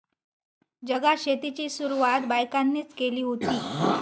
जगात शेतीची सुरवात बायकांनीच केली हुती